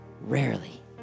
rarely